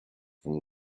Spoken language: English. from